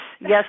yes